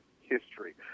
history